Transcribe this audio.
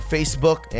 Facebook